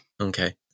Okay